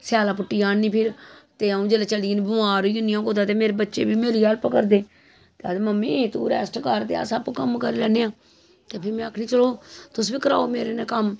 सैल्ला पुट्टियै आह्न्नी फिर ते अ'ऊं जिसलै चली जन्नी बमार होई जन्नी कुतै ते मेरे बच्चे बी मेरी हैल्प करदे ते आखदे मम्मी तूं रैस्ट कर ते अस आपूं कम्म करी लैन्ने आं ते फ्ही में आखनी चलो तुस बी कराओ मेरे कन्नै कम्म